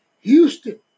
Houston